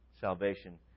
salvation